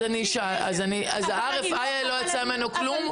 אז מה-RFI לא יצא כלום?